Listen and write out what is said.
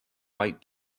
white